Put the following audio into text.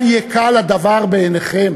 אל יקל הדבר בעיניכם.